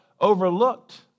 overlooked